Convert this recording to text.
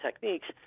techniques